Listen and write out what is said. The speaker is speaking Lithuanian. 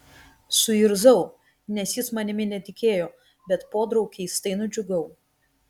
suirzau nes jis manimi netikėjo bet podraug keistai nudžiugau